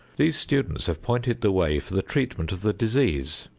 these students have pointed the way for the treatment of the disease,